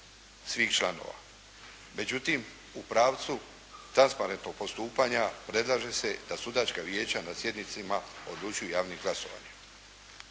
svih članova. Međutim, u pravcu transparentnog postupanja predlaže se da sudačka na sjednicama odlučuju javnim glasovanjem.